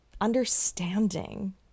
understanding